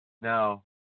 now